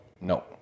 No